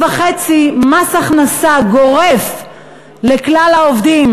1.5% מס הכנסה גורף לכלל העובדים,